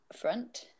front